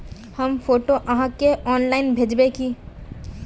हम फोटो आहाँ के ऑनलाइन भेजबे की?